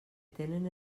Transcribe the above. tenen